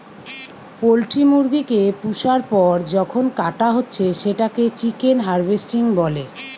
poultry মুরগি কে পুষার পর যখন কাটা হচ্ছে সেটাকে চিকেন হার্ভেস্টিং বলে